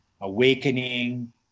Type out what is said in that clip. awakening